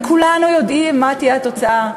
וכולנו יודעים מה תהיה התוצאה,